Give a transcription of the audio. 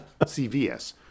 CVS